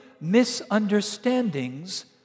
misunderstandings